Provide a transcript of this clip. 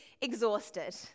exhausted